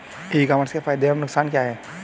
ई commerce के फायदे एवं नुकसान क्या हैं?